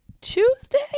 Tuesday